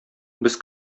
без